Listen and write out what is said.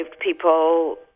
people